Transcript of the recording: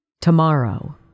Tomorrow